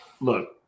Look